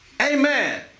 Amen